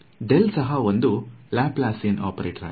del ಸಹ ಒಂದು Laplacian operator ಆಗಿದೆ